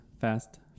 fast